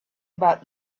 about